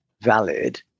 valid